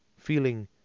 feeling